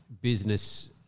business